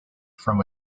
from